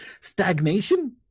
Stagnation